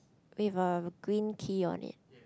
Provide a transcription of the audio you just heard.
with a green tea on it